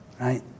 right